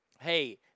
Hey